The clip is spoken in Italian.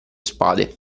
spade